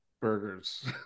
burgers